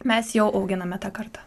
mes jau auginame tą kartą